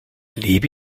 lebe